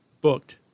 booked